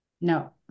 No